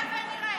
נחיה ונראה.